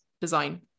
design